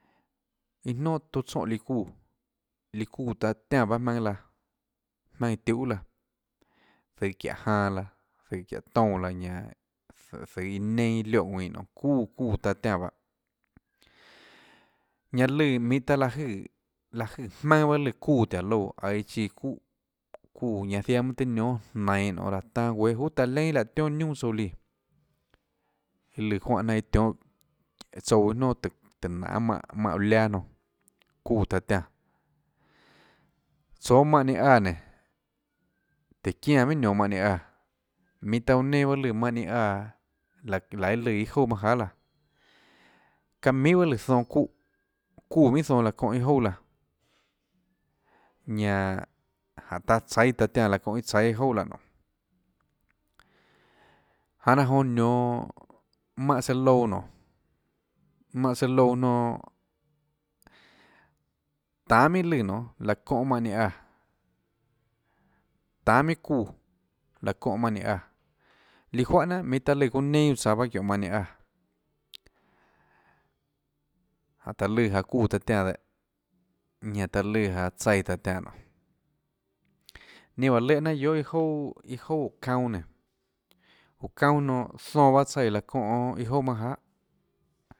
Iâ nonà tuâ tsóhãlíã çuúhã líã çuúã ta tiánã jmaønâ laã jmaønâ iã tiuhâ laã zøhå çiáhå janã laã zøhå çiáhå toúnã laã ñanã zøhå iå neinâ iâ lioè ðuinã nonê çuúã çuúã taã tiánã bahâ ñanã lùã minhå taã liaè jøè lùã jmaønâ bahâ lùã çuúh tùhå áå loúã aiå chíã çuúhã çuúhã ñanã ziaã mønâ tøhê niónâ jnainå láhå tanâ guéâ nonê juhà taã leínà láhã tioâ niunà tsouã líã iâ løã juánhã jnanà iâ tionhâ tsouã iâ jnonà tùhå nanê mánhã mánhã uã laâ nonã çuúã taã tiáã tsoå mánhã ninâ áã nénå tùhå çiánã minhà nionå mánhã ninã áã minhå taã çounã neinâ lùã mánhã ninã áã laê iâ lùã iâ jouà manã jahà laã çaã minhà bahâã lùã zonãçúhã çuúã minhà zonãláhã çónhã iâ jouà laã ñanã jánhå taã tsaíâ taã tiánã laã çóhã iâ tsaíâ iâ jouà laã nonê janê laã jonã nionå mánhã søã louã nonê mánhã søã louã nonã tanê minhà lùã láhã çóhã mánhã ninã áã tanê minhà çuúã çóhã mánhã ninã áã líã juáhà jnanà minhå taã lùã çounã neinâ çuuã tsaå çióhå mánhã ninã áã jáhå taã lùã jaå çuúã taã tiánã dehâ ñanã taã lùã janå tsaíã taã tiánã nonê ninâ juáhã lehâ jnanà guiohà iâ jouà guiohà iâ jouà óå çaunâ nénå óå çaunâ nonã zonãbahâ tsaíã láhã çóhã iâ jouà manâ jahà.